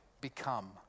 become